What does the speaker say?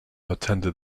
attended